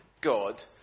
God